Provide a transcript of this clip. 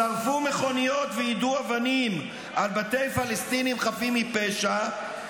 -- שרפו מכוניות ויידו אבנים על בתי פלסטינים חפים מפשע,